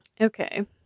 Okay